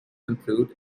improved